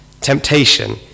temptation